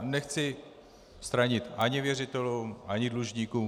Nechci stranit ani věřitelům ani dlužníkům.